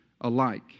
alike